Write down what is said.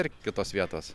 ir kitos vietos